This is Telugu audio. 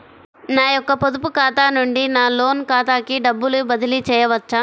నా యొక్క పొదుపు ఖాతా నుండి నా లోన్ ఖాతాకి డబ్బులు బదిలీ చేయవచ్చా?